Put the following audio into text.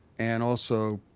and also,